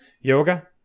Yoga